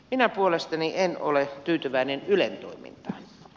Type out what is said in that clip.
minä puolestani en ole tyytyväinen ylen toimintaan